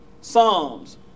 Psalms